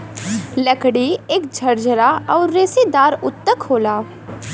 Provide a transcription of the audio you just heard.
लकड़ी एक झरझरा आउर रेसेदार ऊतक होला